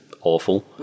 awful